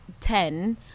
ten